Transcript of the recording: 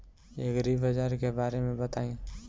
एग्रीबाजार के बारे में बताई?